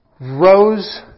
rose